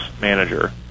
manager